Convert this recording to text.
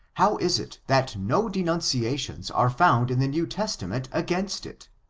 how is it that no deunciations are found in the new testament against it?